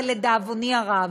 אבל לדאבוני הרב,